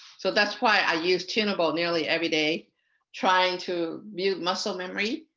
so that's why i use tunable nearly every day trying to use muscle memory.